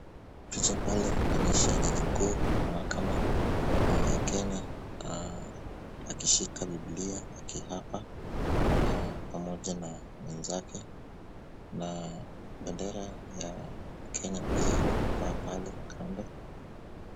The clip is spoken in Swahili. Picha pale inaonyesha jaji mkuu wa mahakama ya Kenya, akishika Biblia akiapa, pamoja na mwenzake na bendera ya Kenya pia inapaa pale kando.